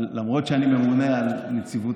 למרות שאני ממונה על הנציבות